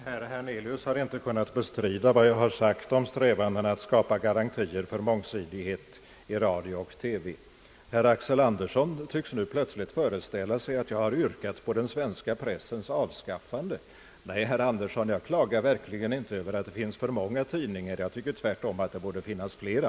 Herr talman! Herr Hernelius har inte kunnat bestrida vad jag har sagt om strävandena att skapa garantier för mångsidighet i radio och TV. Herr Axel Andersson tycks nu plötsligt föreställa sig att jag har yrkat på den svenska pressens avskaffande! Nej, herr Axel Andersson, jag klagar verkligen inte över att det finns för många tidningar. Jag tycker tvärtom att det borde finnas flera.